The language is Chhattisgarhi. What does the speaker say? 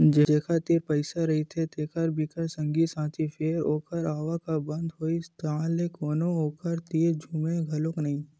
जेखर तीर पइसा रहिथे तेखर बिकट संगी साथी फेर ओखर आवक ह बंद होइस ताहले कोनो ओखर तीर झुमय घलोक नइ